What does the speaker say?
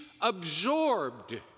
absorbed